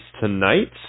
tonight